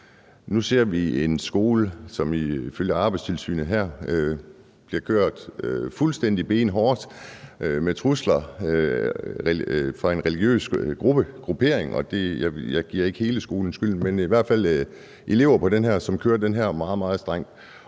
Nu ser vi en skole, som ifølge Arbejdstilsynet bliver kørt fuldstændig benhårdt med trusler fra en religiøs gruppering. Jeg giver ikke hele skolen skylden, men det er i hvert fald elever på den her skole, som kører den meget, meget strengt.